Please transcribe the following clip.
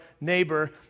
neighbor